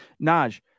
Naj